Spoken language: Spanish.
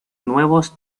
nuevos